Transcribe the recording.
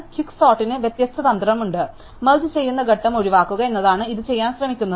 quick സോർട്ടിന് വ്യത്യസ്ത തന്ത്രമുണ്ട് മെർജ് ചെയുന്ന ഘട്ടം ഒഴിവാക്കുക എന്നതാണ് ഇത് ചെയ്യാൻ ശ്രമിക്കുന്നത്